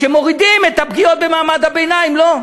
שמורידים את הפגיעות במעמד הביניים, לא?